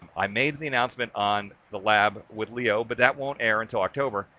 i made the announcement on the lab with leo but that won't air until october.